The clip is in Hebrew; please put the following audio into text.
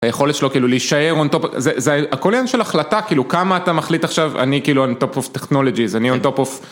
היכולת שלו כאילו להישאר on top, זה הכל עניין של החלטה, כאילו מה אתה מחליט עכשיו, אני כאילו on top of technologies, אני on top of